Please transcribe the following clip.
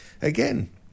again